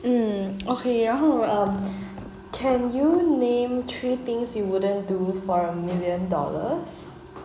um okay 然后 um can you name three things you wouldn't do for a million dollars